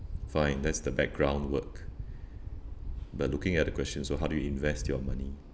fine that's the background work but looking at the question so how do you invest your money